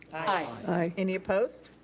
aye. any opposed?